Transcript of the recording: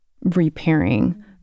repairing